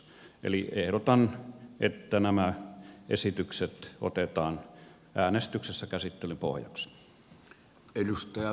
eli ehdotan että nämä esitykset otetaan äänestyksessä käsittelyn pohjaksi